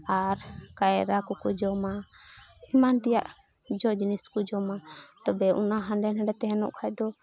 ᱟᱨ ᱠᱟᱭᱨᱟ ᱠᱚᱠᱚ ᱡᱚᱢᱟ ᱮᱢᱟᱱ ᱛᱮᱭᱟᱜ ᱡᱚ ᱡᱤᱱᱤᱥ ᱠᱚ ᱡᱚᱢᱟ ᱛᱚᱵᱮ ᱚᱱᱟ ᱦᱟᱸᱰᱮ ᱱᱷᱟᱰᱮ ᱛᱟᱦᱮᱱᱚᱜ ᱠᱷᱟᱡ ᱫᱚ